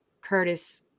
Curtis